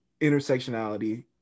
intersectionality